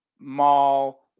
mall